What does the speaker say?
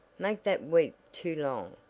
make that weep too long,